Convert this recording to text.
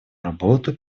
работу